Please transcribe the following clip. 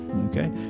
okay